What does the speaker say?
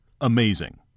amazing